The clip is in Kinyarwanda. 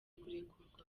kurekurwa